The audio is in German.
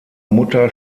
mutter